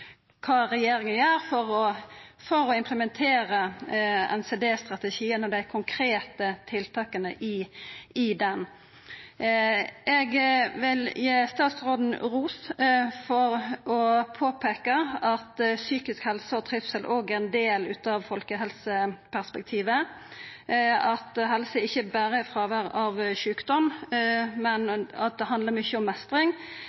kva regjeringa gjer for å implementera NCD-strategien og dei konkrete tiltaka i den. Eg vil gi statsråden ros for å påpeika at psykisk helse og trivsel òg er ein del av folkehelseperspektivet, at helse ikkje berre er fråvær av sjukdom, men